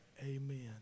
amen